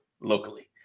locally